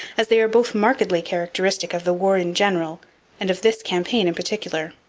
as they are both markedly characteristic of the war in general and of this campaign in particular.